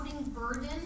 burden